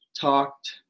talked